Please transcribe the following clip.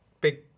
big